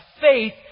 faith